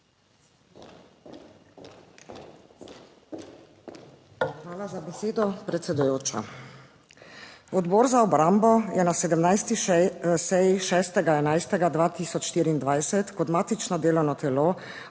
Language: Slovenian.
Hvala za besedo predsedujoča. Odbor za obrambo je na 17. seji 6. 11. 2024 kot matično delovno telo